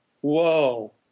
Whoa